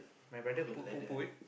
my brother put put put